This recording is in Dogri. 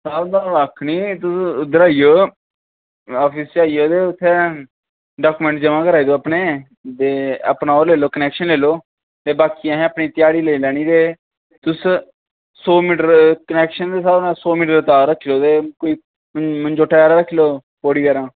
होंदा कक्ख निं ऐ तुस इद्धर आई जायो ऑफिस आई जायो इत्थें डॉक्यूमेंट जमा कराई देओ अपने ते अपना ओह् लेई लैओ कनेक्शन लेई लैयो ते बाकी असें अपनी दिहाड़ी लेई लैनी ते तुस सौ मीटर कनेक्शन दे स्हाब कन्नै सौ मीटर तार रक्खी ओड़ो ते तार रक्खी लैओ थोह्ड़ी हारा